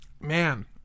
man